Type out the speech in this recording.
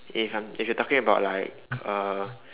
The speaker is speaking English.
if I'm if you talking about like uh